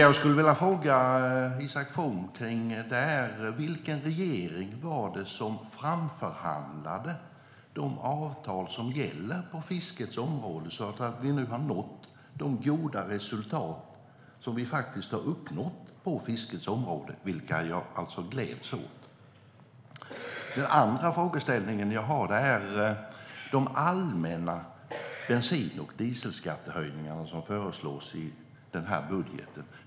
Jag skulle vilja fråga Isak From följande: Vilken regering var det som framförhandlade de avtal som gäller på fiskets område, så att vi nu faktiskt har uppnått dessa goda resultat på fiskets område och som jag alltså gläds åt? Den andra frågeställningen jag har gäller de allmänna bensin och dieselskattehöjningar som föreslås i denna budget.